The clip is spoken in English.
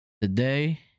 today